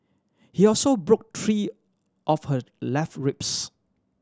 he also broke three of her left ribs